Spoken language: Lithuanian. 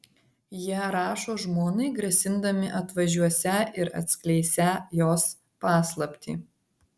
jie rašo žmonai grasindami atvažiuosią ir atskleisią jos paslaptį